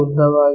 ಉದ್ದವಾಗಿದೆ